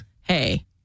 hey